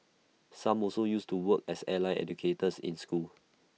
some also used to work as allied educators in school